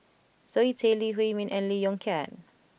Zoe Tay Lee Huei Min and Lee Yong Kiat